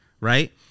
Right